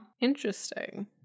Interesting